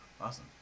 awesome